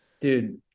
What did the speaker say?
Dude